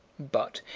but,